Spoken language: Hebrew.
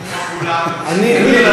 אדוני,